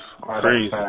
crazy